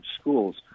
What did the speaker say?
schools